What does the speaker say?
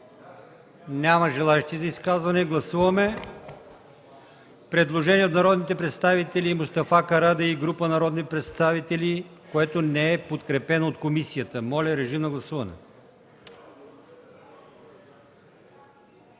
гласуваме най-напред него. Гласуваме предложение на народния представител Мустафа Карадайъ и група народни представители, което не е подкрепено от комисията. Моля, режим на гласуване.